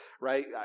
right